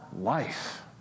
life